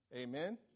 Amen